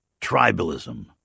tribalism